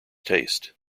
taste